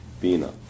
Bina